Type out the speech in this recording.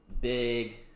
big